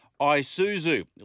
Isuzu